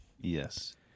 yes